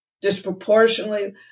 disproportionately